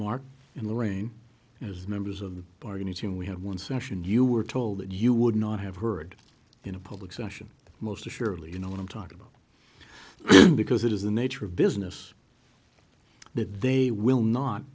mark in the rain as members of the bargain team we have one session you were told that you would not have heard in a public session most assuredly you know what i'm talking about because it is the nature of business that they will not